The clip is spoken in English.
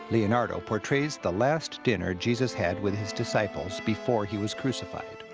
leonardo portrays the last dinner jesus had with his disciples before he was crucified.